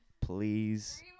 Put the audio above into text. please